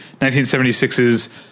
1976's